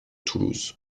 toulouse